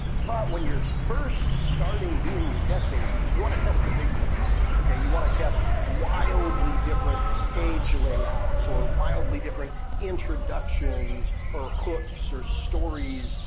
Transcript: but when you're first starting doing your testing, you wanna test the big things. okay? you wanna test wildly different page layouts, or wildly different introductions, or hooks, or stories,